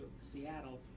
Seattle